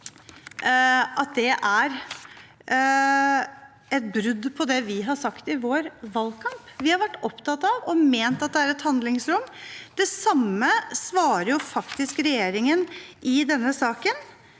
det er et brudd på det vi har sagt i vår valgkamp. Vi har vært opptatt av og ment at det er et handlingsrom. Det samme svarer faktisk regjeringen i denne saken.